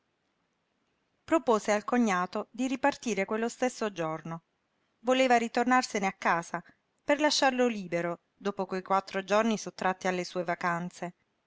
propose al cognato di ripartire quello stesso giorno voleva ritornarsene a casa per lasciarlo libero dopo quei quattro giorni sottratti alle sue vacanze